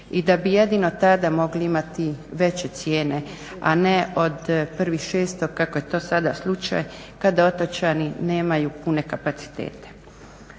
i da bi jedino tada mogli imati veće cijene, a ne od 1.6. kako je to sada slučaj kada otočani nemaju pune kapacitete.